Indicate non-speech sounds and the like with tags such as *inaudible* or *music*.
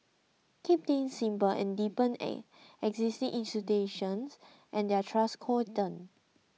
keep things simple and deepen *hesitation* existing institutions and their trust quotient